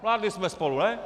Vládli jsme spolu, ne?